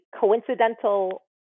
coincidental